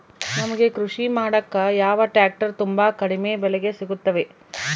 ನಮಗೆ ಕೃಷಿ ಮಾಡಾಕ ಯಾವ ಟ್ರ್ಯಾಕ್ಟರ್ ತುಂಬಾ ಕಡಿಮೆ ಬೆಲೆಗೆ ಸಿಗುತ್ತವೆ?